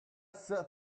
set